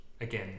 again